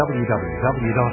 www